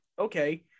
okay